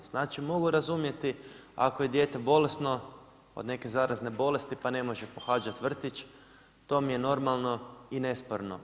Znači, mogu razumjeti ako je dijete bolesno od neke zarazne bolesti, pa ne može pohađati vrtić to mi je normalno i nesporno.